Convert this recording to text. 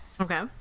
okay